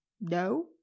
No